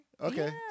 Okay